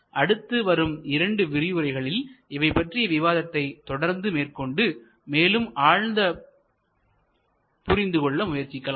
அடுத்து வரும் இரண்டு விரிவுரைகளில் இவை பற்றிய விவாதத்தை தொடர்ந்து மேற்கொண்டு மேலும் ஆழ்ந்து புரிந்து கொள்ள முயற்சிக்கலாம்